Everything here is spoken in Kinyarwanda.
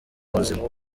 buzima